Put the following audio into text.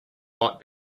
might